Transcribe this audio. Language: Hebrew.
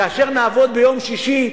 כאשר נעבוד ביום שישי,